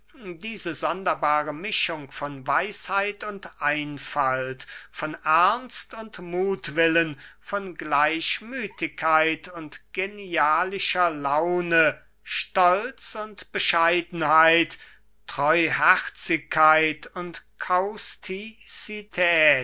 diese sonderbare mischung von weisheit und einfalt von ernst und muthwillen von gleichmüthigkeit und genialischer laune stolz und bescheidenheit treuherzigkeit und